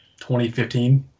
2015